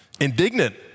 indignant